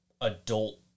adult